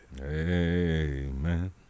Amen